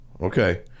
okay